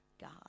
God